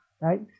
right